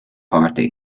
party